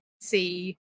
see